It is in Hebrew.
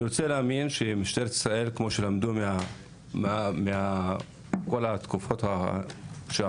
אני רוצה להאמין שמשטרת ישראל כמו שלמדו מכל התקופות שעברו,